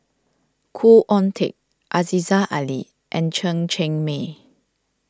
Khoo Oon Teik Aziza Ali and Chen Cheng Mei